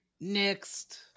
Next